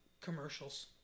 Commercials